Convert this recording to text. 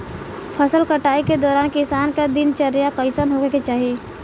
फसल कटाई के दौरान किसान क दिनचर्या कईसन होखे के चाही?